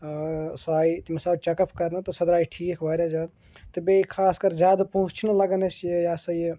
سۄ آیہِ تٔمِس حظ چَک اَپ کَرنہٕ تہٕ سۄ درٛایہِ ٹھیٖک واریاہ زیادٕ تہٕ بیٚیہِ خاص کَر زیادٕ پونٛسہٕ چھِنہٕ لَگان اَسہِ یہِ ہَسا یہِ